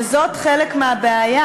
וזה חלק מהבעיה.